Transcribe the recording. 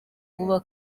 vuba